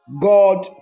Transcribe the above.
God